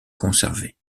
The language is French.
conservés